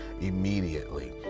immediately